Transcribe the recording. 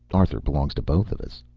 arthur belongs to both of us.